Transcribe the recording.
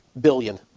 billion